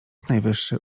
najwyższy